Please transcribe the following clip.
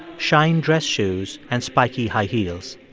shined dress shoes and spiky high heels.